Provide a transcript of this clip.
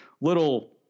little